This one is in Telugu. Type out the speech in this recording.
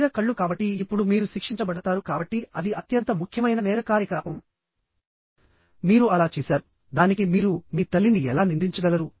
శరీర కళ్ళు కాబట్టి ఇప్పుడు మీరు శిక్షించబడతారు కాబట్టి అది అత్యంత ముఖ్యమైన నేర కార్యకలాపం మీరు అలా చేసారు దానికి మీరు మీ తల్లిని ఎలా నిందించగలరు